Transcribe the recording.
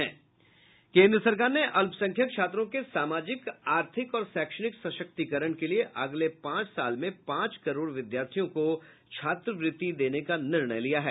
केन्द्र सरकार ने अल्पसंख्यक छात्रों के सामाजिक आर्थिक और शैक्षणिक सशक्तिकरण के लिए अगले पांच साल में पांच करोड़ विद्यार्थियों को छात्रवृत्ति देने का निर्णय लिया है